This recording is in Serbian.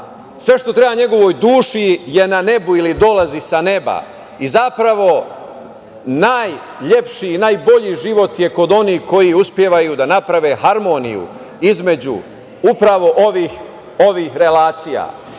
Sve što treba njegovoj duši je na nebu ili dolazi sa neba i zapravo najlepši najbolji život je kod onih koji uspevaju da naprave harmoniju između upravo ovih